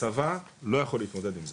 הצבא לא יכול להתמודד עם זה.